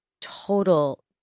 total